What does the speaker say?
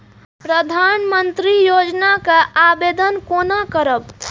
प्रधानमंत्री योजना के आवेदन कोना करब?